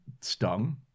stung